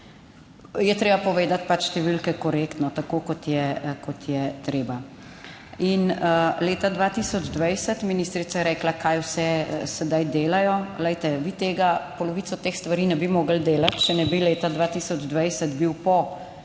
je treba povedati pač številke korektno tako kot je kot je treba. In leta 2020, ministrica je rekla kaj vse sedaj delajo, glejte, vi polovico teh stvari ne bi mogli delati, če ne bi leta 2020 bil po